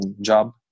job